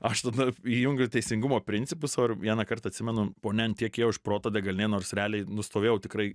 aš tada įjungiau teisingumo principus o ir vienąkart atsimenu ponia ant tiek ėjo iš proto degalinėj nors realiai nu stovėjau tikrai